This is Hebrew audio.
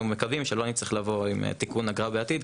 מקווים שלא נצטרך לבוא עם תיקון אגרה בעתיד,